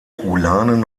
ulanen